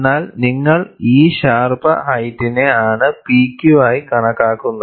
എന്നാൽ നിങ്ങൾ ഈ ഷാർപ്പ് ഹൈറ്റിനെ ആണ് P Q ആയി കണക്കാക്കുന്നത്